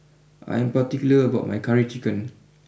I am particular about my Curry Chicken